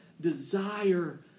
desire